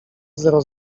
zero